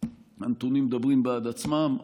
הנתונים מדברים בעד עצמם,